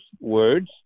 words